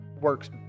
works